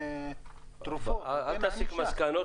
אל תסיק מסקנות.